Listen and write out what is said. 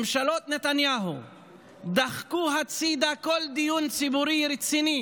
ממשלות נתניהו דחקו הצידה כל דיון ציבורי רציני